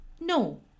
No